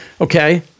Okay